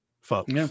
folks